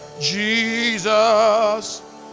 Jesus